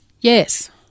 Yes